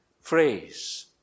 phrase